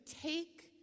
take